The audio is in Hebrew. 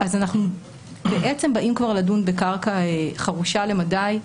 אז אנחנו בעצם באים לדון בקרקע חרושה למדי.